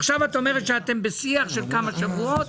עכשיו את אומרת שאתם בשיח של כמה שבועות?